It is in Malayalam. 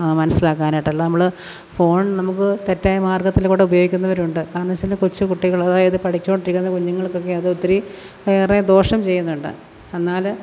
മനസ്സിലാക്കാനായിട്ടുള്ള നമ്മൾ ഫോൺ നമുക്ക് തെറ്റായ മാർഗത്തിലൂടെ ഉപയോഗിക്കുന്നവരുണ്ട് കാരണം വെച്ചാൽ കൊച്ചുകുട്ടികൾ അതായത് പഠിച്ചുകൊണ്ടിരിക്കുന്ന കുഞ്ഞുങ്ങൾക്കൊക്കെ അത് ഒത്തിരി ഏറെ ദോഷം ചെയ്യുന്നുണ്ട് എന്നാൽ